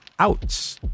Ouch